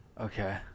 Okay